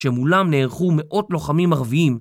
שמולם נערכו מאות לוחמים ערביים